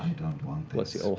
um don't want